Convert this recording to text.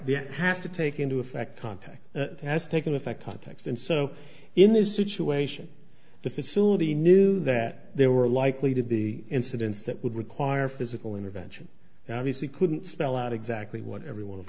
then has to take into effect contact has taken effect context and so in this situation the facility knew that there were likely to be incidents that would require physical intervention and obviously couldn't spell out exactly what every one